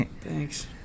thanks